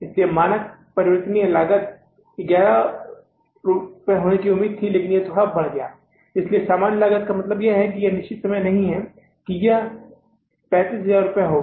इसलिए मानक परिवर्तनीय लागत 11 होने की उम्मीद थी लेकिन यह थोड़ा बढ़ गया है इसलिए सामान्य लागत का मतलब यह निश्चित समय नहीं है कि यह 35000 रुपये होगा